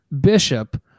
Bishop